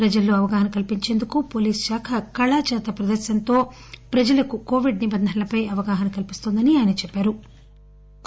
ప్రజలలో అవగాహనా కలిపించేందుకు పోలీసు శాఖ కళాజాత ప్రదర్రనతో ప్రజలకు కొవిడ్ నిబంధనలపై అవగాహన కల్పిస్తున్నట్లు తెలిపారు